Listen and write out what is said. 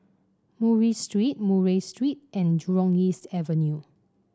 Murray Street Murray Street and Jurong East Avenue